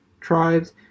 tribes